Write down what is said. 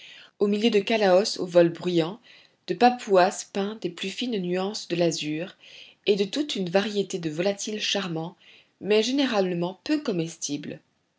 au milieu de kalaos au vol bruyant de papouas peints des plus fines nuances de l'azur et de toute une variété de volatiles charmants mais généralement peu comestibles